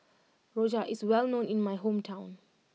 Rojak is well known in my hometown